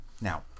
Now